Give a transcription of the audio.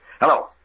Hello